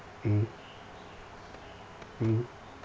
mmhmm mmhmm